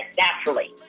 naturally